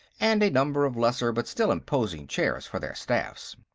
and a number of lesser but still imposing chairs for their staffs.